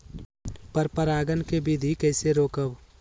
पर परागण केबिधी कईसे रोकब?